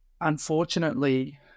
unfortunately